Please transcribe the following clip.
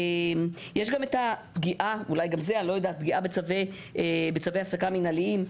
יש גם את הפגיעה בצווי ההעסקה המנהליים,